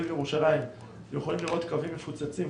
וירושלים יכולים לראות קווים מפוצצים,